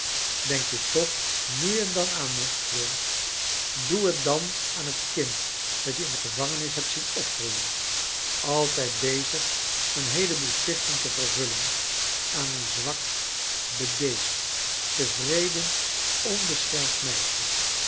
denk je toch nu en dan aan me john doe het dan aan het kind dat je in de gevangenis hebt zien opgroeien aitijd bezig een heelen boel plichten te vervullen aan een zwak be dees d tevreden onbeschermd melsje